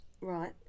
right